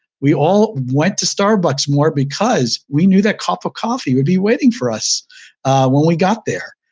we all went to starbucks more because we knew that cup of coffee would be waiting for us when we got there,